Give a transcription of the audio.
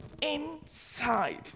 inside